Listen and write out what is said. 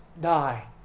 die